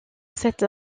cette